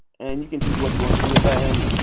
and you can choose what you want to do with that. and